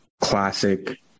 classic